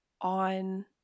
on